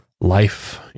life